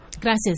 Gracias